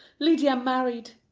lydia married.